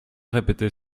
répéter